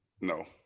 No